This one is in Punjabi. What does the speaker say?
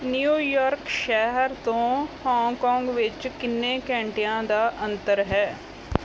ਨਿਊਯਾਰਕ ਸ਼ਹਿਰ ਤੋਂ ਹਾਂਗਕਾਂਗ ਵਿੱਚ ਕਿੰਨੇ ਘੰਟਿਆਂ ਦਾ ਅੰਤਰ ਹੈ